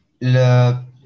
le